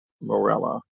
Morella